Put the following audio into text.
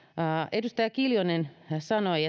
edustaja kiljunen sanoi